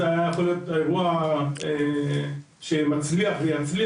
זה היה יכול להיות אירוע שמצליח ויצליח,